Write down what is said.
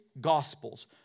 Gospels